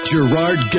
Gerard